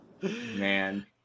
Man